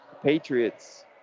Patriots